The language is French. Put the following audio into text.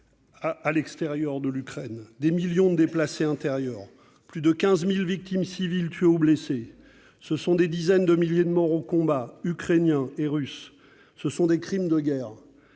à l'extérieur de l'Ukraine, des millions de déplacés intérieurs, plus de 15 000 victimes civiles tuées ou blessées ; ce sont des dizaines de milliers de morts au combat, Ukrainiens et Russes ; ce sont des crimes de guerre,